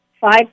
five